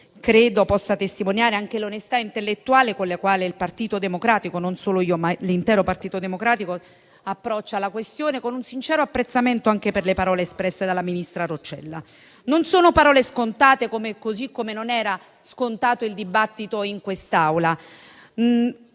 credo possa testimoniare anche l'onestà intellettuale con la quale non solo io, ma l'intero Partito Democratico approccia la questione, con un sincero apprezzamento anche per le parole espresse dalla ministra Roccella. Non sono parole scontate, così come non era scontato il dibattito in quest'Aula.